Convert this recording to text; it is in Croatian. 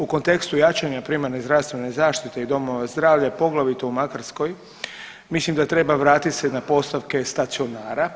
U kontekstu jačanja primarne zdravstvene zaštite i domova zdravlja poglavito u Makarskoj mislim da treba vratiti se na postavke stacionara.